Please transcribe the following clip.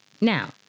Now